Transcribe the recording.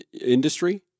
industry